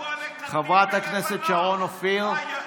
ירו עליך טיל מלבנון.